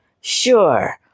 Sure